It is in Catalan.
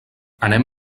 anem